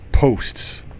posts